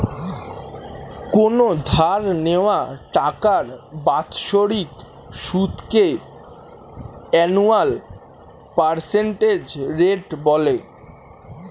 কোনো ধার নেওয়া টাকার বাৎসরিক সুদকে অ্যানুয়াল পার্সেন্টেজ রেট বলে